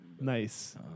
Nice